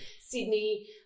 Sydney